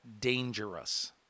Dangerous